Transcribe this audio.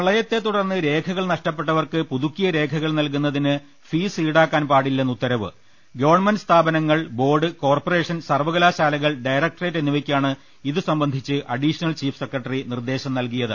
പ്രളയത്തെ തുടർന്ന് രേഖകൾ നഷ്ടപ്പെട്ടവർക്ക് പുതുക്കിയ രേഖകൾ നൽകു ന്നതിന് ഫീസ് ഈടാക്കാൻ പാടില്ലെന്ന് ഉത്തരവ് ഗവൺമെന്റ് സ്ഥാപനങ്ങൾ ബോർഡ് കോർപ്പറേഷൻ സർവ്വകലാശാലകൾ ഡയറക്ടറേറ്റ് എന്നിവയ്ക്കാണ് ഇതുസംബന്ധിച്ച അഡീഷണൽ ചീഫ് സെക്രട്ടറി നിർദ്ദേശം നൽകിയത്